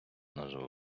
назва